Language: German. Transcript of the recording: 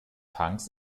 tanks